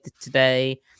today